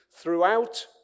throughout